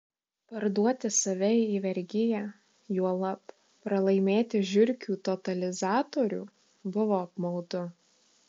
parduoti save į vergiją juolab pralaimėti žiurkių totalizatorių buvo apmaudu